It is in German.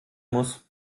muss